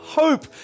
hope